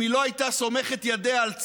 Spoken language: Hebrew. ואם היא לא הייתה סומכת ידיה על צה"ל,